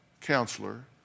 counselor